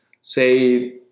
say